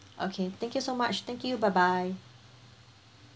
okay thank you so much thank you bye bye